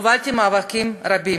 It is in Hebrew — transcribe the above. הובלתי מאבקים רבים,